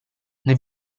nel